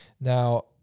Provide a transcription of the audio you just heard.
Now